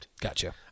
Gotcha